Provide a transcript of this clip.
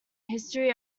history